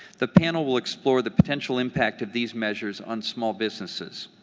the panel will explore the potential impact of these measures on small businesses.